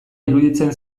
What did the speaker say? iruditzen